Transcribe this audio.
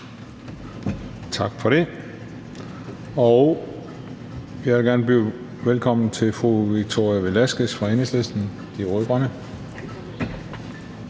Tak for det. Jeg vil gerne byde velkommen til fru Victoria Velasquez fra Enhedslisten – De Rød-Grønne.